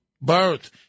birth